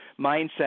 mindset